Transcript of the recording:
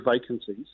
vacancies